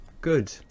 good